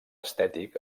estètic